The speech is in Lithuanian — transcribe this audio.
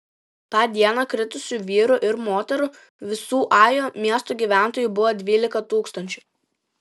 tą dieną kritusių vyrų ir moterų visų ajo miesto gyventojų buvo dvylika tūkstančių